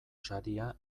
saria